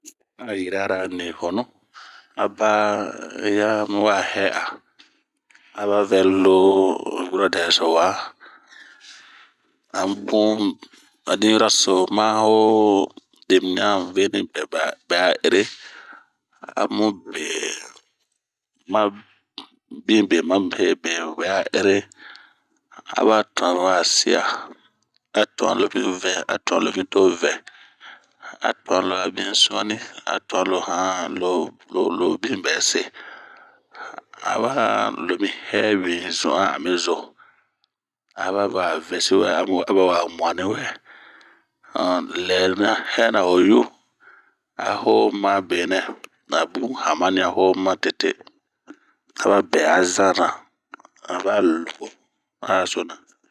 A yira ra ni honu, aba ya mi wa hɛ'a, aba vɛlo yuradɛso wa, abun din yuraso ma bemi a veni bɛ ba ere,a bin be ma he be bɛ'a ere. Aba tuan wa si'a a tuan lomi vɛ a tuan wa si'a, atuan lo bin suani, tuan lo han'an lobin bɛ se. Aba lo mi vɛɛ bin zuan ami zo, aba wa vɛsiwɛ. Lɛ ma hɛna ho yu,a ho domi ɲu a ma benɛ, abunh hamanian ho matete a bɛ'a zana aba lubuo a hasona.